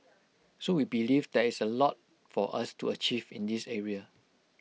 so we believe there is A lot for us to achieve in this area